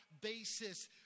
basis